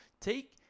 Take